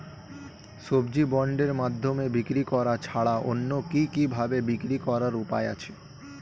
সবজি বন্ডের মাধ্যমে বিক্রি করা ছাড়া অন্য কি কি ভাবে বিক্রি করার উপায় আছে?